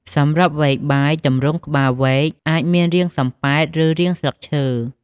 សម្រាប់វែកបាយ ទម្រង់ក្បាលវែកអាចមានរាងសំប៉ែត ឬរាងស្លឹកឈើ។